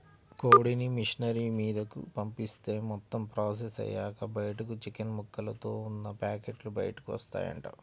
కోడిని మిషనరీ మీదకు పంపిత్తే మొత్తం ప్రాసెస్ అయ్యాక బయటకు చికెన్ ముక్కలతో ఉన్న పేకెట్లు బయటకు వత్తాయంట